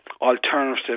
Alternative